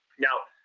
now,